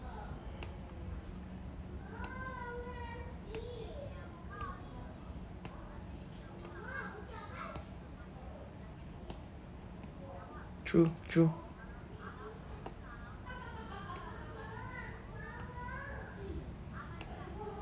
true true